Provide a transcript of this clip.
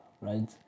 right